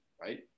right